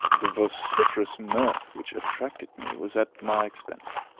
the vociferous mirth which attracted me was at my expense.